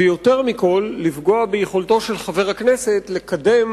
ויותר מכול, לפגוע ביכולתו של חבר הכנסת לקדם